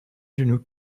genoux